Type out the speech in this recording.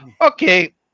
Okay